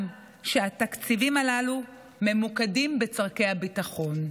שהתקציבים הללו ממוקדים בצורכי הביטחון.